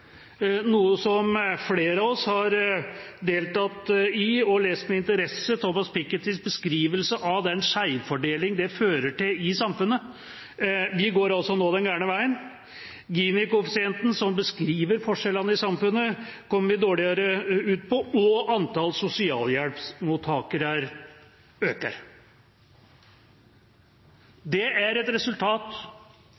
Flere av oss har deltatt i debatten rundt og lest med interesse Thomas Pikettys beskrivelse av den skjevfordeling det fører til i samfunnet. Vi går nå den gærne veien. På Gini-koeffisienten, som beskriver forskjellene i samfunnet, kommer vi dårligere ut. Og antallet sosialhjelpsmottakere øker.